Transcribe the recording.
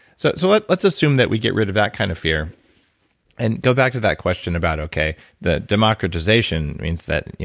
so so let's let's assume that we get rid of that kind of fear and go back to that question about the democratization means that,